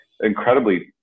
incredibly